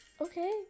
okay